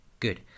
Good